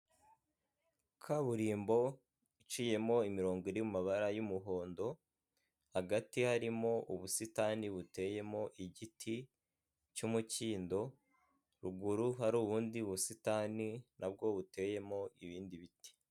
Kaburimbo iciyemo imirongo iri mu mabara y'umuhondo, hagati harimo ubusitani buteyemo igiti cy'umukindo, ruguru hari ubundi busitani na bwo buteyemo ibindi biti.